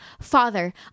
Father